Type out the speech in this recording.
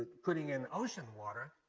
putting in ocean water.